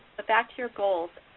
but back to your goals,